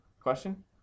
Question